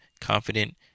confident